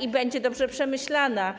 i będzie dobrze przemyślana.